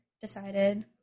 decided